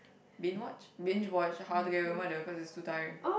been watch binge watch How to Get Away with Murder cause it's too tiring